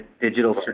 digital